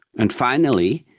and finally,